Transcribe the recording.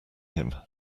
him